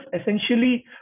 essentially